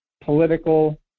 political